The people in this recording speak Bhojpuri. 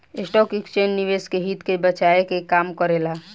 स्टॉक एक्सचेंज निवेशक के हित के बचाये के काम करेला